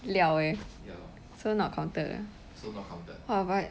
料 leh so counted ah !wah! but